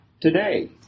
today